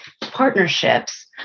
partnerships